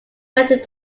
noted